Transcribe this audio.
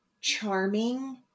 charming